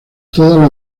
toda